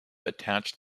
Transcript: attached